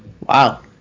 Wow